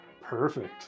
Perfect